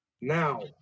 now